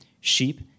sheep